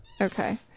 Okay